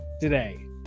today